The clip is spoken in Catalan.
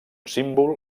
símbol